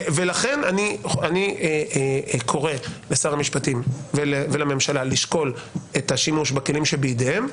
לכן אני קורא לשר המשפטים ולממשלה לשקול את השימוש בכלים שבידיהם.